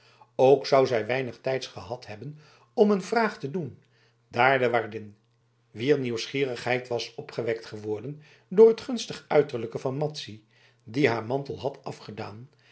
ook zou zij weinig tijds gehad hebben om een vraag te doen daar de waardin wier nieuwsgierigheid was opgewekt geworden door het gunstig uiterlijke van madzy die haar mantel had afgedaan